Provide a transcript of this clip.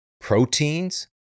proteins